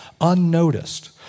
unnoticed